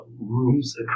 rooms